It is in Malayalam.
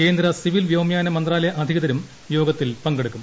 കേന്ദ്ര വ്യോമയാന മന്ത്രാലയ അധികൃതരും യോഗത്തിൽ പ്രിങ്കെടുക്കും